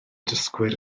dysgwyr